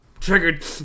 Triggered